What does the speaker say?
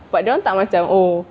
but that [one] tak macam oh